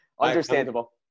Understandable